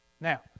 Now